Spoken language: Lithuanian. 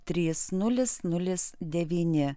trys nulis nulis devyni